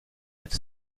but